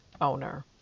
owner